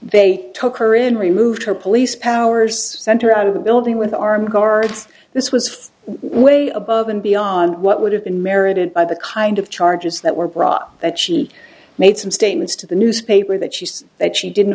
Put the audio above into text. they took her in removed her police powers center out of the building with armed guards this was way above and beyond what would have been merited by the kind of charges that were brought up that she made some statements to the newspaper that she says that she didn't